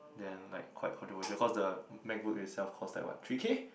then like quite controversial cause the MacBook itself cost like what three K